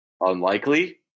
unlikely